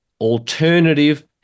alternative